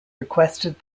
requested